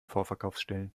vorverkaufsstellen